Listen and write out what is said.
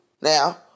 Now